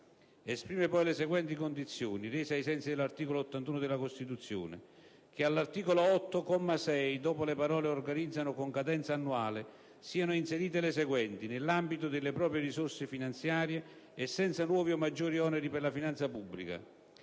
Esprime poi le seguenti condizioni, rese ai sensi dell'articolo 81 della Costituzione: - che all'articolo 8, comma 6, dopo le parole "organizzano con cadenza annuale" siano inserite le seguenti: "nell'ambito delle proprie risorse finanziarie e senza nuovi o maggiori oneri per la finanza pubblica";